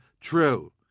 true